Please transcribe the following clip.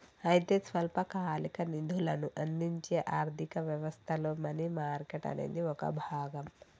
అయితే స్వల్పకాలిక నిధులను అందించే ఆర్థిక వ్యవస్థలో మనీ మార్కెట్ అనేది ఒక భాగం